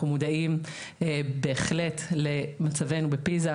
אנחנו מודעים בהחלט למצבנו בפיזה,